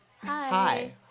Hi